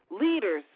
leaders